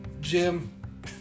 Jim